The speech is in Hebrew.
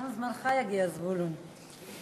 גם זמנך יגיע, זבולון.